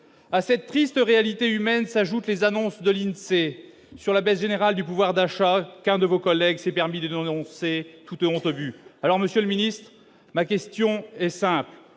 à cette triste réalité humaine s'ajoutent les annonces de l'INSEE sur la baisse générale du pouvoir d'achat qu'un de vos collègues s'est permis de dénoncer toute honte bue, alors Monsieur le ministre ma question est simple